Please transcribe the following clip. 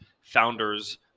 founders